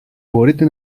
μπορείτε